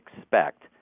expect